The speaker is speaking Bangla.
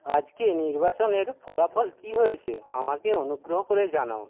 আজকে নির্বাচনের ফলাফল কী হয়েছে আমাকে অনুগ্রহ করে জানাও